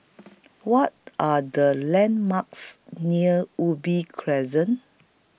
What Are The landmarks near Ubi Crescent